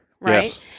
right